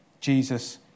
Jesus